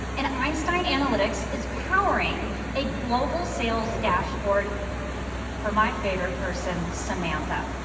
and einstein analytics is powering a global sales dashboard for my favorite person, samantha.